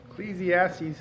Ecclesiastes